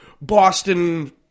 Boston